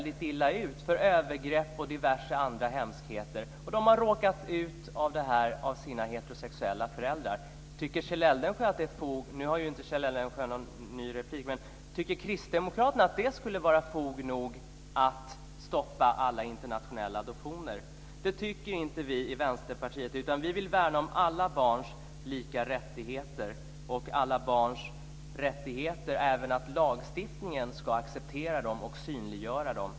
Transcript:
De har råkat ut för övergrepp och diverse andra hemskheter. De har utsatts för detta av sina heterosexuella föräldrar. Nu har inte Kjell Eldensjö någon mer replik, men tycker Kristdemokraterna att det är fog nog för att stoppa alla internationella adoptioner? Det tycker inte vi i Vänsterpartiet. Vi vill värna om alla barns lika rättigheter. Även lagstiftningen ska acceptera dem och synliggöra dem.